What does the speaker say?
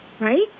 right